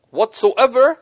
whatsoever